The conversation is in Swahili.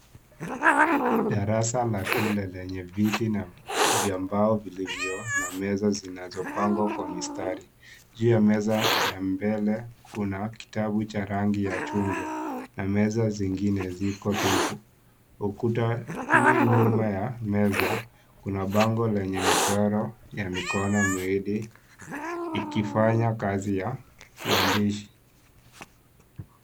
Darasa la shule lenye viti vya mbao na meza zinazopangwa kwa mistari. Juu ya meza ya mbele kuna kitabu cha rangi ya chungwa na meza zingine ziko tupu. Ukutani nyuma ya meza kuna bango lenye michoro ya mikono miwili ikifanya kazi ya uandishi.